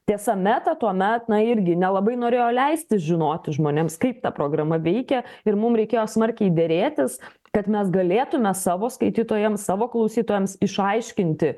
tiesa meta tuomet na irgi nelabai norėjo leisti žinoti žmonėms kaip ta programa veikia ir mum reikėjo smarkiai derėtis kad mes galėtume savo skaitytojams savo klausytojams išaiškinti